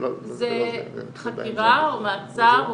חקירה או מעצר,